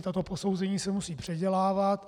Tato posouzení se musí předělávat.